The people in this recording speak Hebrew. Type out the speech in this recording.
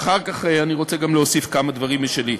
אחר כך אני רוצה גם להוסיף כמה דברים משלי.